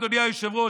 אדוני היושב-ראש,